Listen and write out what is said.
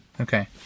Okay